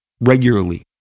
regularly